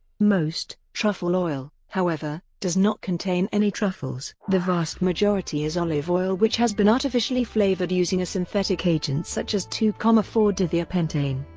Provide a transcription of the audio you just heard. most truffle oil, however, does not contain any truffles. the vast majority is olive oil which has been artificially flavoured using a synthetic agent such as two zero ah four dithiapentane.